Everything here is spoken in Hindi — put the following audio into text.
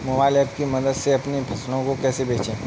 मोबाइल ऐप की मदद से अपनी फसलों को कैसे बेचें?